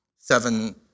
seven